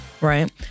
Right